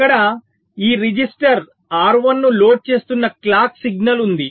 అక్కడ ఈ register R1 ను లోడ్ చేస్తున్న క్లాక్ సిగ్నల్ ఉంది